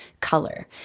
color